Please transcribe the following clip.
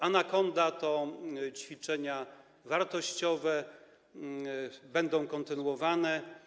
Anakonda to ćwiczenia wartościowe, będą kontynuowane.